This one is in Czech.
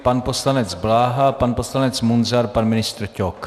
Pan poslanec Bláha, pan poslanec Munzar, pan ministr Ťok.